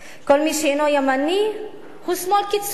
כל מי שאינו ימני הוא שמאל קיצוני,